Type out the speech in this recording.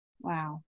Wow